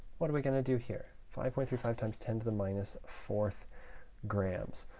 what are we going to do here? five point three five times ten to the minus fourth grams.